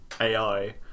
AI